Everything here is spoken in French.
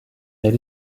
elle